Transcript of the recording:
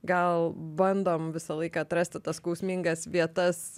gal bandom visą laiką atrasti tas skausmingas vietas